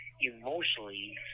emotionally